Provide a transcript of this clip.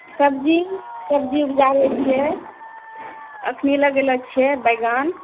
सब्जी सब्जी उपजाबै छियै अखनी लगेलऽ छियै बैगन